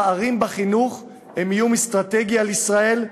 הפערים בחינוך הם איום אסטרטגי על ישראל,